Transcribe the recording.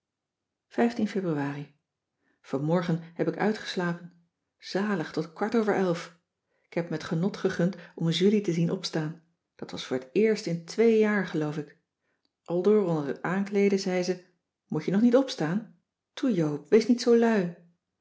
februari vanmorgen heb ik uitgeslapen zalig tot kwart over elf k heb me het genot gegund om julie te zien opstaan dat was voor t eerst in twee jaar geloof ik aldoor onder het aankleeden zei ze moet je nog niet opstaan toe joop wees niet zoo lui